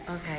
Okay